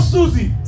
Susie